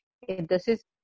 Entonces